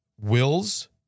wills